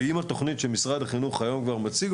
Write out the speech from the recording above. ועם התוכנית שמשרד החינוך היום כבר מציג